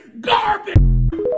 Garbage